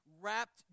wrapped